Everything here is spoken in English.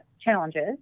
challenges